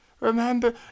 Remember